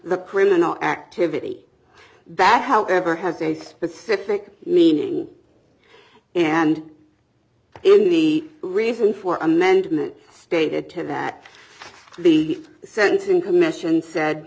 the criminal activity that however has a specific meaning and in the reason for amendment stated to that the sentencing commission said